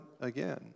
again